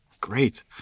Great